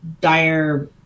dire –